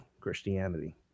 Christianity